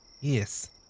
Yes